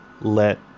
let